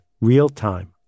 real-time